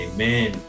Amen